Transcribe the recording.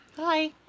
Hi